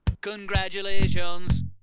Congratulations